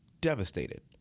Devastated